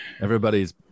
Everybody's